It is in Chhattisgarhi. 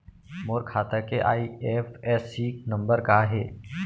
मोर खाता के आई.एफ.एस.सी नम्बर का हे?